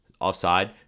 offside